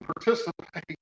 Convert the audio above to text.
participate